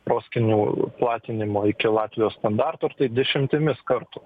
proskynų platinimo iki latvijos standarto ir tai dešimtimis kartų